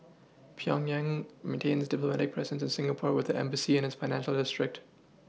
Pyongyang maintains a diplomatic presence in Singapore with an embassy in its financial district